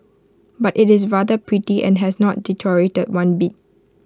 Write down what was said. but IT is rather pretty and has not deteriorated one bit